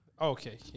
Okay